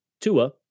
Tua